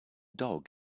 dog